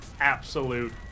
absolute